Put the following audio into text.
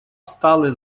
стали